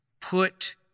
put